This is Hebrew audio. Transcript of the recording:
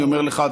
אני אומר לך,